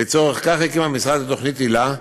לצורך זה הקים המשרד את תוכנית היל"ה,